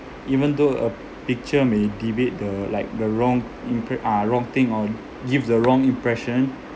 even though a picture may give it the like the wrong impre~ uh wrong thing or give the wrong impression